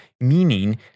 meaning